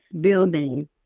building